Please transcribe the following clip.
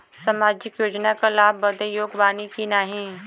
सामाजिक योजना क लाभ बदे योग्य बानी की नाही?